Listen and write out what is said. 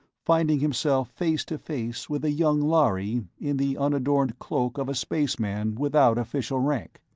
finding himself face to face with a young lhari in the unadorned cloak of a spaceman without official rank.